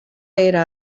era